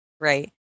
Right